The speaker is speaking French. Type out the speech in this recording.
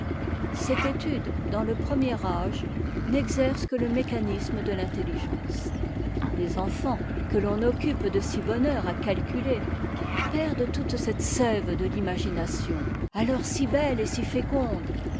cette étude dans le premier âge n'exerce que le mécanisme de l'intelligence les enfants que l'on occupe de si bonne heure à calculer perdent toute cette sève de l'imagination alors si bette et si féconde